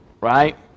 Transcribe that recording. right